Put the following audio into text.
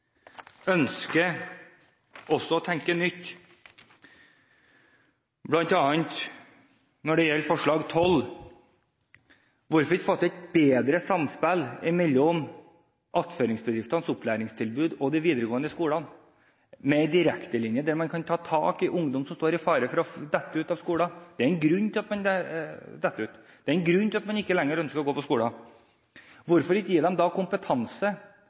ønsker også å tenke nytt, bl.a. når det gjelder forslag nr. 12, hvor vi ville fått et bedre samspill mellom attføringsbedriftenes opplæringstilbud og de videregående skolene med en direkte linje der en kan ta tak i ungdommene som står i fare for å dette ut av skolen. Det er en grunn til at man faller utenfor. Det er en grunn til at man ikke lenger ønsker å gå på skolen. Hvorfor ikke gi disse kompetanse,